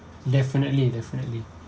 definitely definitely